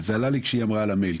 וזה עלה לי כשהיא אמרה על המייל.